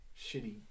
shitty